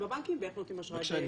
בבנקים ואיך נותנים אשראי במוסדיים.